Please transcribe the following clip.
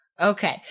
Okay